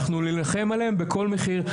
אנחנו נילחם עליהן בכל מחיר.